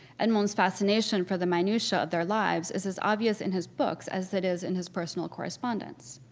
edmond's fascination for the minutiae of their lives is as obvious in his books as it is in his personal correspondence.